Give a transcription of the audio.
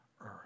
earth